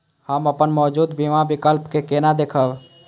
हम अपन मौजूद बीमा विकल्प के केना देखब?